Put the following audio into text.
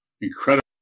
incredible